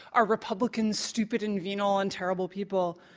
are republicans stupid and venal and terrible people?